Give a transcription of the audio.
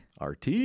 RT